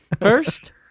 First